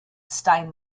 stein